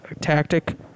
tactic